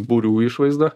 būrių išvaizda